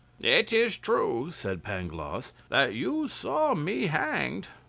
yeah it is true, said pangloss, that you saw me hanged.